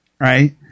right